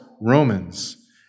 Romans